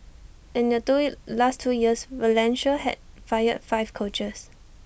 and in the last two years Valencia had fired five coaches